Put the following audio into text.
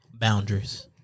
Boundaries